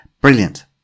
Brilliant